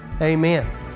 Amen